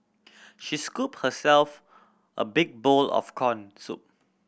she scooped herself a big bowl of corn soup